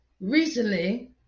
recently